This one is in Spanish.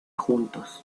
juntos